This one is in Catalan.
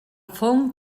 fong